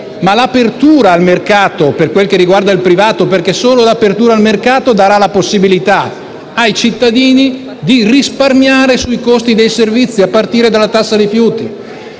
con l'apertura al mercato per quel che riguarda il privato: solo l'apertura al mercato darà la possibilità ai cittadini di risparmiare sui costi dei servizi, a partire dalla tassa sui rifiuti.